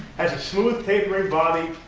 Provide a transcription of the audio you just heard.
has a smooth, tapering body,